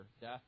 death